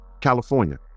California